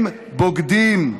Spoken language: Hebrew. הם בוגדים.